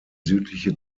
südliche